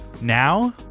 Now